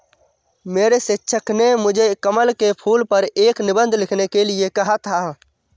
मेरे शिक्षक ने मुझे कमल के फूल पर एक निबंध लिखने के लिए कहा था